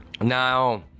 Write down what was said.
now